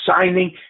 signing